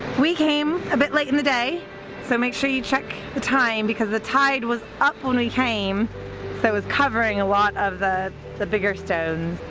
we came a bit late in the day so make sure you check the time because the tide was up when we came so it was covering a lot of the the bigger stones,